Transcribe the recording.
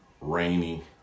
rainy